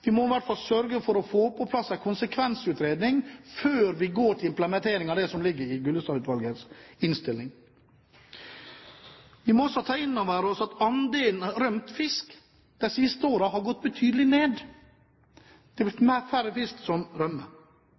i hvert fall må sørge for å få på plass en konsekvensutredning før vi går til implementering av det som ligger i Gullestad-utvalgets innstilling. Vi må også ta inn over oss at andelen rømt fisk de siste årene har gått betydelig ned. Det er blitt færre fisk som rømmer.